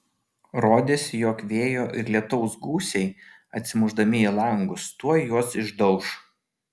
rodėsi jog vėjo ir lietaus gūsiai atsimušdami į langus tuoj juos išdauš